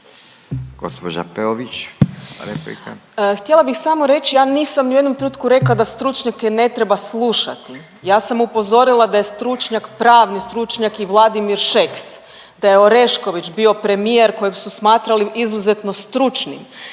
Htjela bih samo reći ja nisam ni u jednom trenutku rekla da stručnjake ne treba slušati. Ja sam upozorila da je stručnjak, pravni stručnjak i Vladimir Šeks, da je Orešković bio premijer kojeg su smatrali izuzetno stručnim,